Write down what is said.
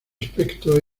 aspecto